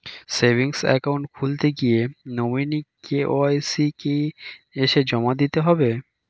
Savings account খুলতে গিয়ে nominee KYC কি এসে জমা দিতে হবে?